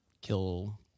Kill